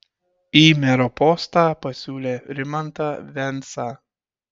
į mero postą pasiūlė rimantą vensą